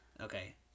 Okay